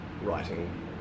writing